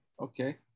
Okay